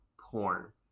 porn